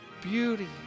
beauty